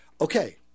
Okay